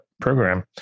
program